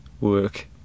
work